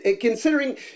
considering